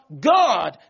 God